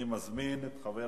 אני מזמין את חבר